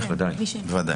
בוודאי.